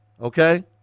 okay